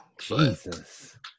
Jesus